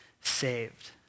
saved